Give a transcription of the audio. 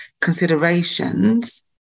considerations